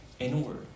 inward